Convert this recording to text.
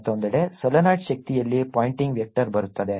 ಮತ್ತೊಂದೆಡೆ ಸೊಲೆನಾಯ್ಡ್ ಶಕ್ತಿಯಲ್ಲಿ Poynting vector ಬರುತ್ತದೆ